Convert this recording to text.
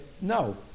No